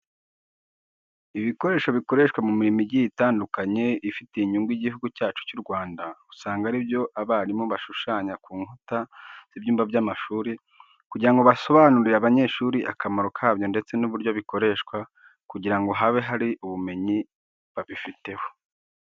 Ibikoresho bikoreshwa mu mirimo igiye itandukanye ifitiye inyungu Igihugu cyacu cy'u Rwanda, usanga ari byo abarimu bashushanya ku nkuta z'ibyumba by'amashuri kugira ngo basobanurire abanyeshuri akamaro kabyo ndetse n'uburyo bikoreshwa kugira ngo habe hari ubumenyi babifiteho.